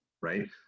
right